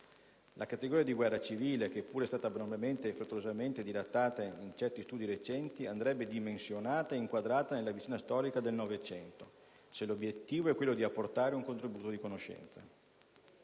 La categoria di guerra civile, che pure è stata abnormemente e frettolosamente dilatata in certi studi recenti, andrebbe dimensionata e inquadrata nella vicenda storica del Novecento, se l'obiettivo è quello di apportare un contributo di conoscenza.